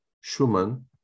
Schumann